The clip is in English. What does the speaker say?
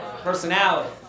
personality